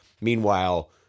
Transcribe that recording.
meanwhile